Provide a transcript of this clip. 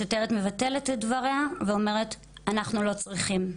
השוטרת מבטלת את דבריה ואומרת: אנחנו לא צריכים.